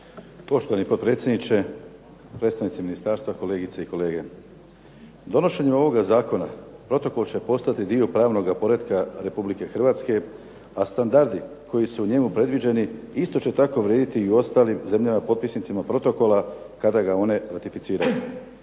Poštovani potpredsjedniče, predstavnici ministarstva, kolegice i kolege. Donošenjem ovoga zakona protokol će postati dio pravnoga poretka Republike Hrvatske, a standardi koji su u njemu predviđeni isto će tako vrijediti i u ostalim zemljama potpisnicama protokola kada ga one ratificiraju.